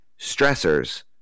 stressors